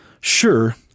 Sure